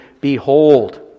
Behold